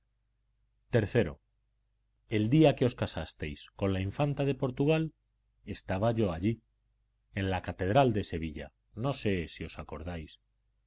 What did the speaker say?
iii el día que os casasteis con la infanta de portugal estaba yo allí en la catedral de sevilla no sé si os acordáis